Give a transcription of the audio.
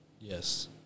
Yes